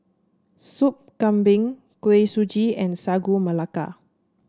Soup Kambing Kuih Suji and Sagu Melaka